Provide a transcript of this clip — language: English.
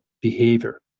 behavior